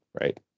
right